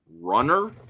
runner